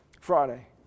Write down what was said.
Friday